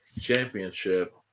Championship